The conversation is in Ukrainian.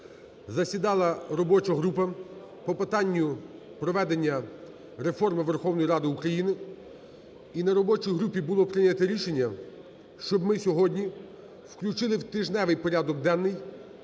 засідала робоча група по питанню проведення реформи Верховної Ради України. І на робочій групі було прийнято рішення, щоб ми сьогодні включили в тижневий порядок денний